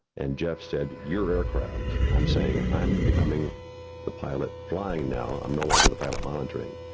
and jeff said, your aircraft, i'm saying i'm becoming the pilot flying now i'm no longer the pilot monitoring.